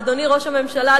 אדוני ראש הממשלה,